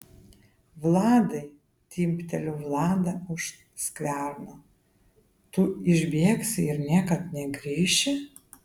vladai timpteliu vladą už skverno tu išbėgsi ir niekad negrįši